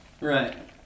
Right